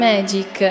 Magic